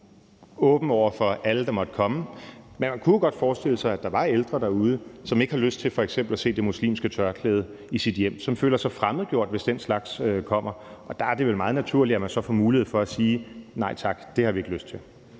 åben over for alle, der måtte komme, men man kunne jo godt forestille sig, at der var ældre derude, som ikke har lyst til f.eks. at se det muslimske tørklæde i sit hjem, som føler sig fremmedgjort, hvis den slags kommer, og der er det vel meget naturligt, at man så får mulighed for at sige: Nej tak; det har vi ikke lyst til.